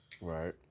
Right